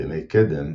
בימי קדם,